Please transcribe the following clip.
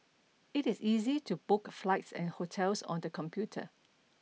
it is easy to book flights and hotels on the computer